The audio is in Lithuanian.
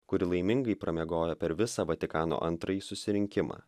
kuri laimingai pramiegojo per visą vatikano antrąjį susirinkimą